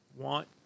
want